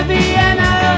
Vienna